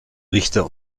richter